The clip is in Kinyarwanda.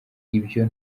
ibyo